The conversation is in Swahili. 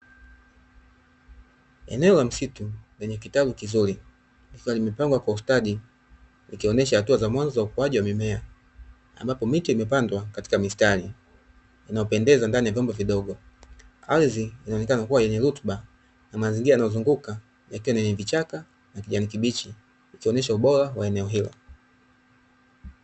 Eneo la msitu lenye kitalu kizuri, likiwa limepangwa kwa ustadi likionyesha hatua za mwanzo za ukuaji wa mimea, ambapo miti imepandwa katika mistari inayopendeza ndani ya vyombo vidogo. Ardhi inaonekana kuwa yenye rutuba, na mazingira yanayozunguka yakiwa ni yenye vichaka na kijani kibichi ikionyesha ubora wa eneo hilo.